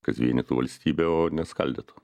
kas vienytų valstybę o ne skaldytų